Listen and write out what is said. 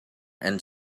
and